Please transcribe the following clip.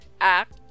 act